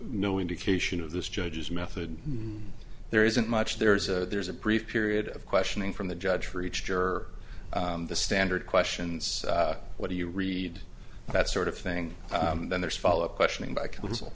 no indication of this judge's method there isn't much there's a there's a brief period of questioning from the judge for each juror the standard questions what do you read that sort of thing and then there's followup questioning by co